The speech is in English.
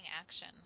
action